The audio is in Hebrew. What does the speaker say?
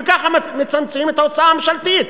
וככה מצמצמים את ההוצאה הממשלתית.